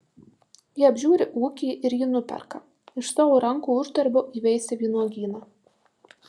ji apžiūri ūkį ir jį nuperka iš savo rankų uždarbio įveisia vynuogyną